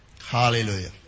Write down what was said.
Hallelujah